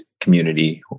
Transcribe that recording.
community